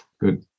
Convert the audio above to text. Good